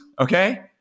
okay